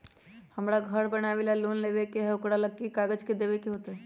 हमरा घर बनाबे ला लोन लेबे के है, ओकरा ला कि कि काग़ज देबे के होयत?